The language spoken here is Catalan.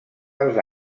dels